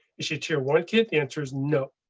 is she tier one kid? the answer is no.